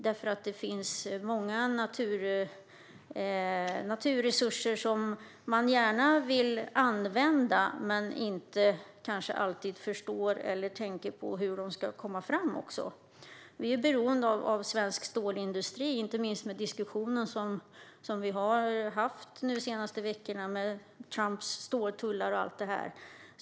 Det finns många naturresurser som man gärna vill använda, men man kanske inte alltid förstår eller tänker på hur de ska komma fram. Vi är beroende av svensk stålindustri. Det har vi inte minst sett med diskussionen vi har haft de senaste veckorna med Trumps ståltullar och allt detta.